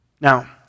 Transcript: Now